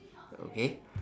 okay